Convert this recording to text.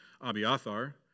Abiathar